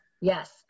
Yes